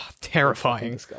terrifying